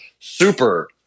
Super